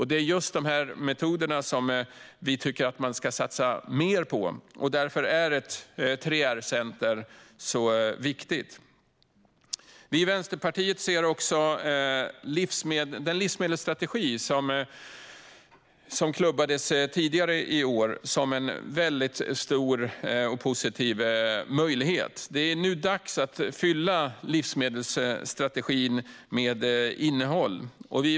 Det är just sådana metoder som vi tycker att man ska satsa mer på. Därför är ett 3R-center viktigt. Vi i Vänsterpartiet ser också den livsmedelsstrategi som klubbades igenom tidigare i år som en väldigt stor och positiv möjlighet. Det är nu dags att fylla livsmedelsstrategin med innehåll.